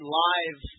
live